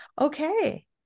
Okay